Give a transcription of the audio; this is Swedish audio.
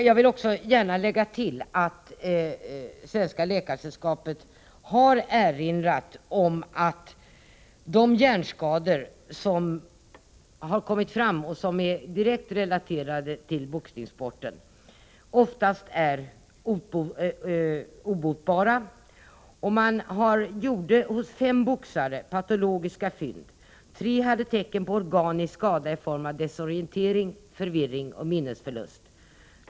Jag vill gärna tillägga att Svenska läkaresällskapet har erinrat om att de hjärnskador som kommit fram och som är direkt relaterade till boxningssporten oftast är obotbara. Man gjorde hos 5 boxare patologiska fynd. 3 hade tecken på organisk skada i form av desorientering, förvirring och minnesför lust.